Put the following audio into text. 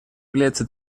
является